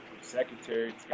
secretary